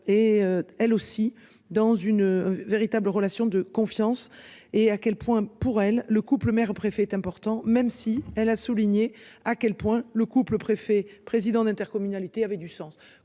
Est elle aussi dans une véritable relation de confiance et à quel point pour elle le couple mère préfet est important même si elle a souligné à quel point le couple préfets présidents d'intercommunalités avait du sens